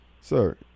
Sir